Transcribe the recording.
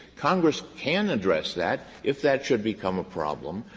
congress can address that if that should become a problem,